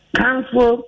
council